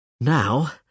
Now